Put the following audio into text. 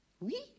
Oui